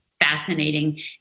fascinating